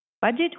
Budget